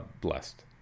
blessed